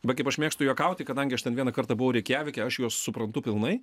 va kaip aš mėgstu juokauti kadangi aš ten vieną kartą buvau reikjavike aš juos suprantu pilnai